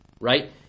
right